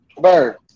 Bird